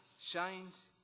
shines